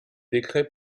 décret